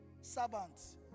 servants